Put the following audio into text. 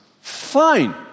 fine